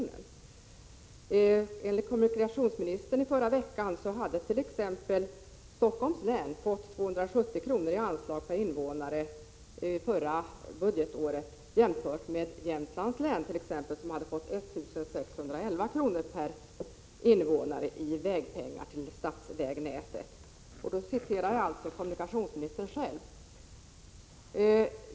Enligt vad kommunikationsministern sade i förra veckan hade Stockholms län under förra budgetåret fått 270 kr. per invånare i anslag till statsvägnätet, medan t.ex. Jämtlands län hade fått 1 611 kr. Jag citerar alltså kommunikationsministern själv.